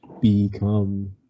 become